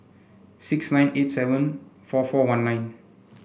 six nine eight seven four four one nine